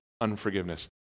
unforgiveness